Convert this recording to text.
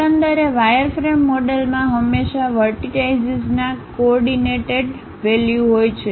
એકંદરે વાયરફ્રેમ મોડેલમાં હંમેશા વર્ટિટાઈશીસના કોર્ડીનેટડેડ વેલ્યુ હોય છે